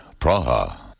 Praha